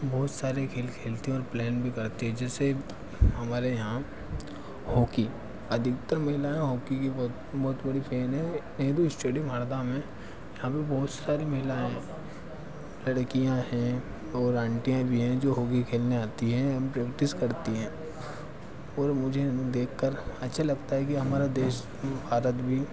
बहुत सारे खेल खेलती हैं और प्लान भी करती हैं जिससे हमारे यहाँ होकी अधिकतर महिलाएँ होकी की बहुत बहुत बड़ी फेन है यही को स्टेडियम हरदा में यहाँ पे बहुत सारी महिलाएं लड़कियाँ हैं और आंटियाँ भी हैं जो होकी खेलने आती है एवं प्रैक्टिस करती हैं और मुझे उन्हें देखकर अच्छा लगता है कि हमारा देश की आदत भी